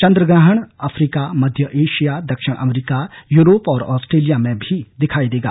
चन्द्रग्रहण अफ्रीका मध्य एशिया दक्षिण अमरीका यूरोप और ऑस्ट्रेलिया में भी दिखाई देगा